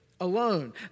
alone